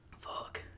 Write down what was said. Fuck